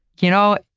you know,